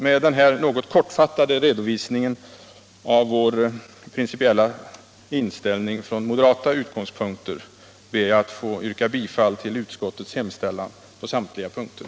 Med den här något kortfattade redovisningen av vår principiella inställning från moderata utgångspunkter ber jag att få yrka bifall till utskottets hemställan på samtliga punkter.